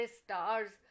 stars